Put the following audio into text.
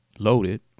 loaded